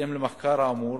בהתאם למחקר האמור,